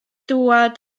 dŵad